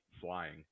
flying